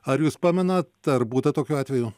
ar jūs pamenat ar būta tokių atvejų